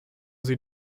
sie